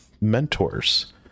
mentors